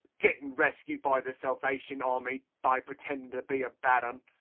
gittin rescued by the salvation army by pretendin to be a bad un.